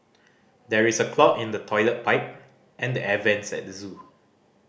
there is a clog in the toilet pipe and the air vents at the zoo